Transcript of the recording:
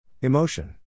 Emotion